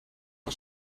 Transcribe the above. nog